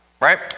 right